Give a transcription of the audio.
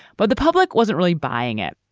but the public wasn't really buying it.